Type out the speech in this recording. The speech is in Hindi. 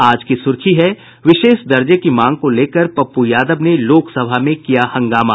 आज की सुर्खी है विशेष दर्जे की मांग को लेकर पप्पू यादव ने लोकसभा में किया हंगामा